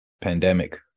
pandemic